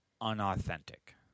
unauthentic